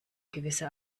gewisse